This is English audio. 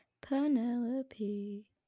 Penelope